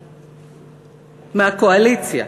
מהקואליציה,